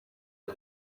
rwo